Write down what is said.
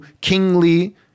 kingly